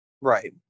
Right